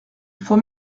faut